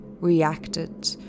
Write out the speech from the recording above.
reacted